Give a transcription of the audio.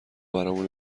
برامون